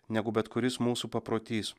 negu bet kuris mūsų paprotys